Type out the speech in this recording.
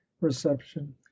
reception